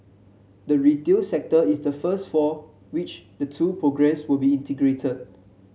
the retail sector is the first for which the two programmes will be integrated